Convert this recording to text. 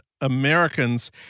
Americans